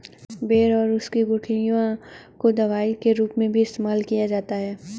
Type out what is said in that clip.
बेर और उसकी गुठलियों का दवाई के रूप में भी इस्तेमाल किया जाता है